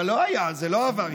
אבל לא היה, זה לא עבר.